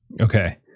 okay